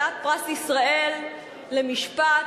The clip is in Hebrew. כלת פרס ישראל למשפט,